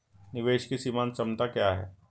निवेश की सीमांत क्षमता क्या है?